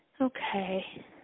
Okay